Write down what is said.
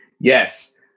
Yes